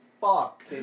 fuck